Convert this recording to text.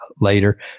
later